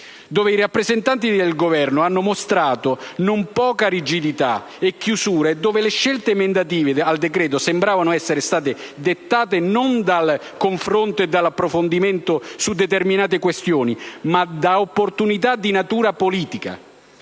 dove i rappresentanti del Governo hanno mostrato non poca rigidità e chiusura e dove le scelte emendative al decreto-legge sembrano essere state dettate non dal confronto o dall'approfondimento su determinate questioni, ma da opportunità di natura politica.